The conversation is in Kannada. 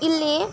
ಇಲ್ಲಿ